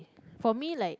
for me like